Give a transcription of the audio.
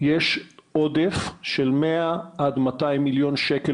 לקופות יש עודף של 100 עד 200 מיליון שקל